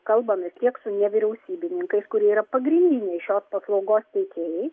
kalbamės tiek su nevyriausybininkais kurie yra pagrindiniai šios paslaugos teikėjai